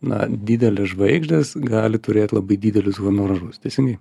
na didelės žvaigždės gali turėti labai didelius honorarus teisingai